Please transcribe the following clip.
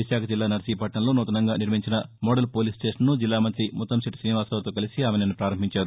విశాఖ జిల్లా నర్సీపట్నంలో నూతసంగా నిర్మించిన మోడల్ పోలీస్ స్టేషన్ను జిల్లా మంత్రి ముత్తంశెట్లి శ్రీనివాసరావుతో కలిసి ఆమె నిన్న ప్రారంభించారు